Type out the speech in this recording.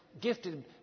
gifted